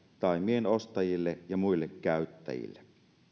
taimien ostajille ja muille käyttäjille